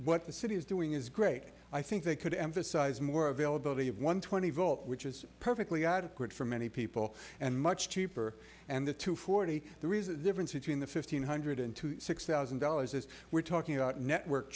what the city is doing is great i think they could emphasize more availability of one twenty volt which is perfectly adequate for many people and much cheaper and the two forty the reason difference between the fifteen hundred and six thousand dollars is we're talking about network